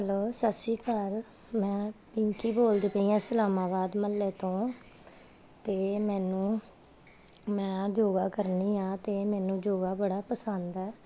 hello ਸਤਿ ਸ਼੍ਰੀ ਅਕਾਲ ਮੈਂ ਪਿੰਕੀ ਬੋਲਦੀ ਪਈ ਹਾਂ ਇਸਲਾਮਾਬਾਦ ਮੁਹੱਲੇ ਤੋਂ ਅਤੇ ਮੈਨੂੰ ਮੈਂ ਯੋਗਾ ਕਰਦੀ ਹਾਂ ਅਤੇ ਮੈਨੂੰ ਯੋਗਾ ਬੜਾ ਪਸੰਦ ਹੈ